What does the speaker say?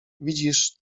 widzisz